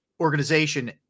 organization